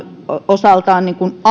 osaltaan